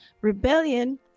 rebellion